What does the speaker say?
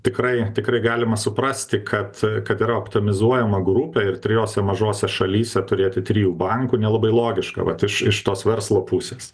tikrai tikrai galima suprasti kad kad yra optimizuojama grupė ir trijose mažose šalyse turėti trijų bankų nelabai logiška vat iš iš tos verslo pusės